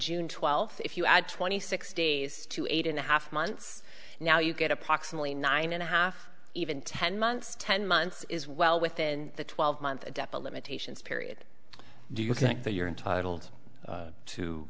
june twelfth if you add twenty six days to eight and a half months now you get approximately nine and a half even ten months ten months is well within the twelve month adept limitations period do you think that you're entitled to